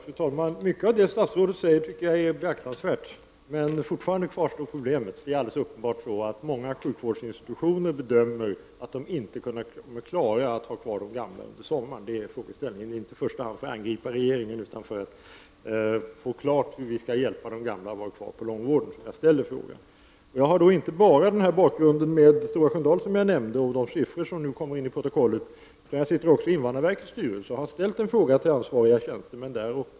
Fru talman! Mycket av det som statsrådet sade är beaktansvärt, men problemet kvarstår fortfarande. Det är alldeles uppenbart att många sjukvårdsinstitutioner bedömer att de inte kommer att klara att ha kvar de gamla under sommaren. Det är inte i första hand för att angripa regeringen som jag ställer frågan, utan för att få klargjort hur vi skall hjälpa de gamla att få vara kvar på långvården. Bakgrunden till min fråga är inte bara förhållandena på Stora Sköndal och de siffror som jag nämnde och som nu kommer in i protokollet. Jag sitter också i invandrarverkets styrelse och där har jag ställt en fråga till ansvariga tjänstemän.